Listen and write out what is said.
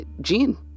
gene